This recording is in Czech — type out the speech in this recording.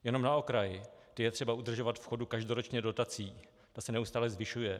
Jenom na okraj, ty je třeba udržovat v chodu každoročně dotací a ta se neustále zvyšuje.